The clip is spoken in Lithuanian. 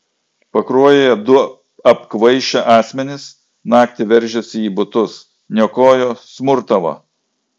pakruojyje du apkvaišę asmenys naktį veržėsi į butus niokojo smurtavo